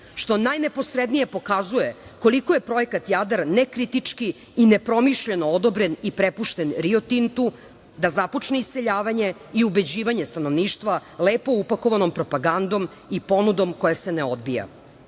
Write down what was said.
što najneposrednije pokazuje koliko je Projekat „Jadar“ nekritički i nepromišljeno odobren i prepušten „Rio Tintu“ da započne iseljavanje i ubeđivanje stanovništva lepo upakovanom propagandom i ponudom koja se ne odbija.S